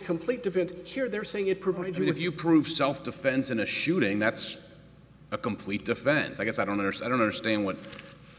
complete different here they're saying it provides if you prove self defense in a shooting that's a complete defense i guess i don't know her so i don't understand what